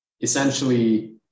essentially